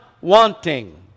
wanting